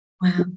wow